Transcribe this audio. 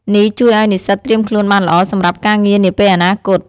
នេះជួយឱ្យនិស្សិតត្រៀមខ្លួនបានល្អសម្រាប់ការងារនាពេលអនាគត។